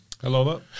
Hello